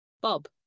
Bob